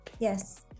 Yes